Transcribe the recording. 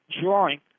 drawing